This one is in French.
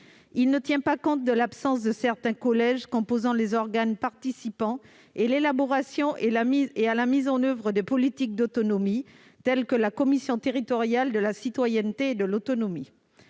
Il ne tient pas compte de l'absence de certains collèges composant les organes participant à l'élaboration et à la mise en oeuvre des politiques d'autonomie, tels que le conseil territorial de la citoyenneté et de l'autonomie